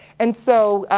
and so,